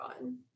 on